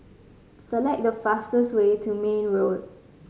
select the fastest way to Mayne Road